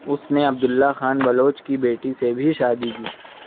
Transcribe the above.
اس نے عبد اللہ خان بلوچ کی بیٹی سے بھی شادی کی